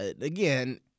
Again